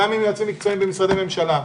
גם עם יועצים מקצועיים במשרדי ממשלה,